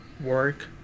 work